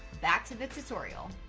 back to the tutorial.